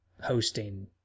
hosting